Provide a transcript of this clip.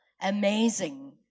Amazing